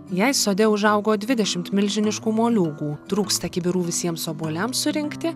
jei sode užaugo dvidešimt milžiniškų moliūgų trūksta kibirų visiems obuoliams surinkti